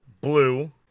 blue